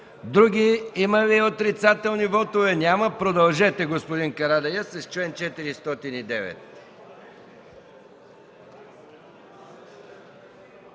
Ви. Има ли отрицателни вотове? Няма. Продължете, господин Карадайъ, с чл. 409.